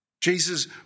Jesus